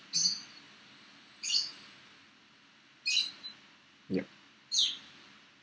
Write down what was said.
yup